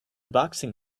boxing